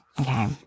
Okay